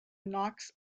knox